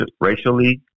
racially